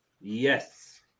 Yes